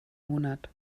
monat